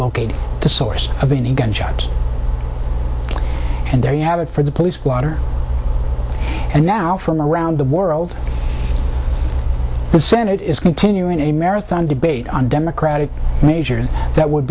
ocate the source of any gunshots and there you have it for the police blotter and now from around the world the senate is continuing a marathon debate on democratic measure that would